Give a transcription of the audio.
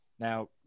Now